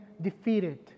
defeated